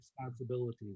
responsibility